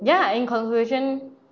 ya in conclusion